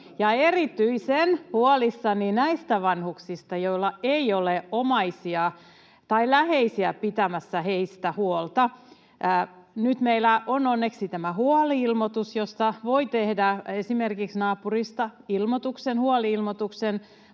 erityisen huolissani olen näistä vanhuksista, joilla ei ole omaisia tai läheisiä pitämässä heistä huolta. Nyt meillä on onneksi tämä huoli-ilmoitus, jonka voi tehdä esimerkiksi naapurista, mutta kyllähän se